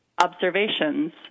observations